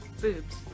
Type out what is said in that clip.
boobs